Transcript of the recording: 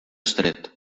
estret